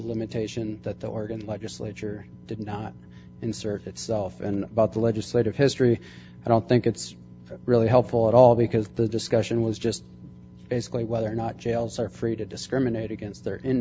limitation that the organ legislature did not insert itself and about the legislative history i don't think it's really helpful at all because the discussion was just basically whether or not jails are free to discriminate against